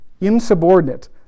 insubordinate